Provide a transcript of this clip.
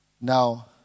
Now